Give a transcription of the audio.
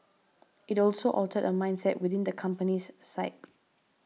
it also altered a mindset within the country's psyche